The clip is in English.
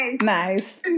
Nice